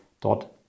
Dort